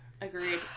Agreed